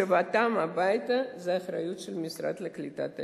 השבתם הביתה זו האחריות של המשרד לקליטת העלייה.